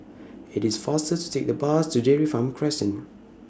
IT IS faster to Take The Bus to Dairy Farm Crescent